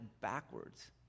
backwards